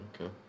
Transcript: okay